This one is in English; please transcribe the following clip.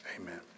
amen